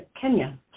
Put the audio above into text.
Kenya